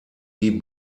die